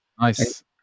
nice